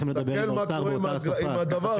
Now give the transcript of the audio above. תסתכל מה קורה עם הדבר הזה